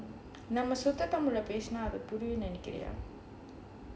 நம்ம சுத்த:namma suththa tamil leh பேசுனா அது புரியும்னு நெனைக்குறியா:pesunaa adhu puriumnu nenaikuriyaa